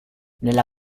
nella